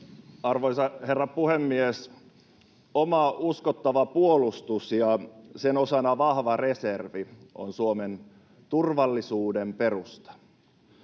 Arvoisa herra puhemies! Oma, uskottava puolustus ja sen osana vahva reservi on Suomen turvallisuuden perusta.